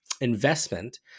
investment